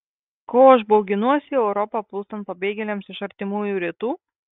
ko aš bauginuosi į europą plūstant pabėgėliams iš artimųjų rytų